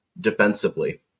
defensively